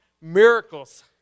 miracles